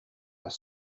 are